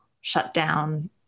shutdown